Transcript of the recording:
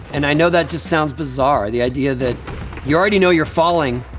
and i know that just sounds bizarre, the idea that you already know you're falling,